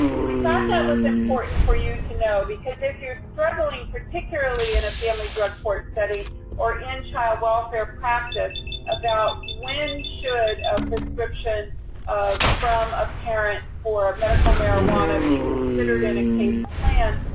we thought that was important for you to know because if you're struggling particularly in a family drug court setting or in child welfare practice about when should a prescription from a parent for medical marijuana be considered in a case plan,